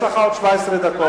יש לך עוד 17 דקות,